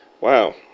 wow